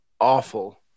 awful